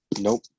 Nope